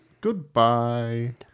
goodbye